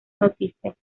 noticias